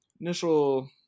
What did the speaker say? initial